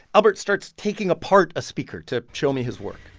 albert starts taking apart a speaker to show me his work